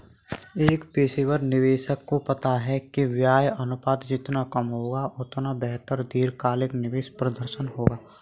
एक पेशेवर निवेशक को पता है कि व्यय अनुपात जितना कम होगा, उतना बेहतर दीर्घकालिक निवेश प्रदर्शन होगा